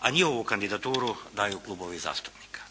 A njihovu kandidaturu daju klubovi zastupnika.